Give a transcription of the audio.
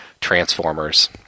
transformers